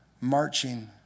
marching